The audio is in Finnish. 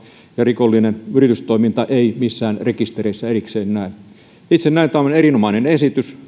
ja rikollinen yritystoiminta ei missään rekistereissä erikseen näy itse näen että tämä on aivan erinomainen esitys